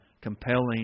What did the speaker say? compelling